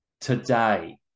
Today